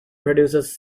produces